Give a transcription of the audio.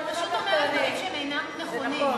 את פשוט אומרת דברים שהם אינם נכונים.